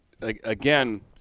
again